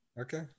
okay